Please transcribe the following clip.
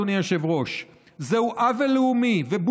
אדוני היושב-ראש: זהו עוול לאומי וזו